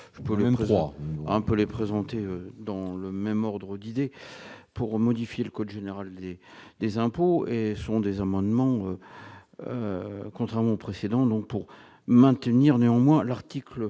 un peu les présenter dans le même ordre d'idées pour modifier le code général et des impôts, et ce sont des amendements, contrairement au précédent, donc pour maintenir néanmoins l'article